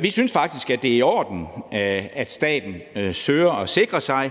Vi synes faktisk, det er i orden, at staten søger at sikre sig